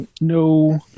no